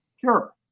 Sure